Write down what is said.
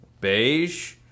beige